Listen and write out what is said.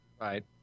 Right